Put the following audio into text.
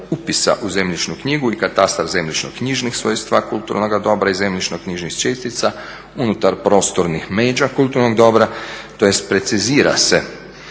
upisa u zemljišnu knjigu i katastar zemljišno-knjižnih svojstva kulturnoga dobra i zemljišno-knjižnih čestica unutar prostornih međa kulturnog dobra, tj. precizira se